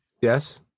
Yes